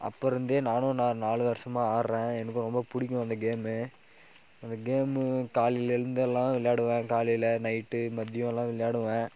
அப்போருந்தே நானும் நா நாலு வர்ஷமாக ஆட்றேன் எனக்கும் ரொம்ப பிடிக்கும் அந்த கேம்மு அந்த கேம்மு காலையில் எழுந்து எல்லாம் விளையாடுவேன் காலையில் நைட்டு மதியலாம் விளையாடுவேன்